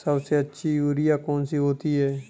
सबसे अच्छी यूरिया कौन सी होती है?